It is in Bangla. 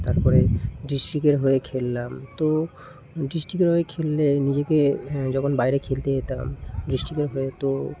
তারপরে ডিসট্রিক্টের হয়ে খেললাম তো ডিসট্রিক্টের হয়ে খেললে নিজেকে যখন বাইরে খেলতে যেতাম ডিসট্রিক্টের হয়ে তো